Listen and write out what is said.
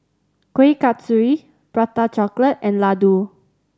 Kuih Kasturi Prata Chocolate and laddu